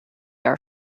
are